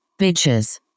bitches